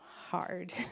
hard